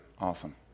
Awesome